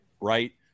right